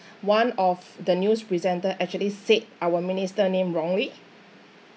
one of the news presenter actually said our minister name wrongly